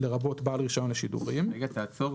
לרבות בעל רישיון לשידורים,"." רגע תעצור,